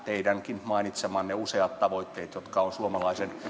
teidänkin mainitsemianne useita tavoitteita jotka ovat minusta kuitenkin niitä